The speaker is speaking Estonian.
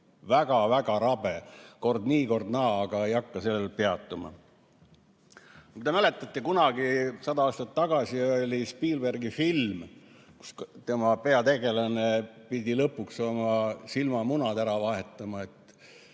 väga-väga rabe, kord nii, kord naa. Aga ei hakka sellel peatuma. Kui te mäletate, kunagi sada aastat tagasi oli Spielbergi film, mille peategelane pidi lõpuks oma silmamunad ära vahetama,